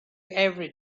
every